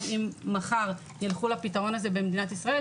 אם מחר יילכו לפתרון הזה במדינת ישראל.